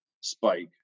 spike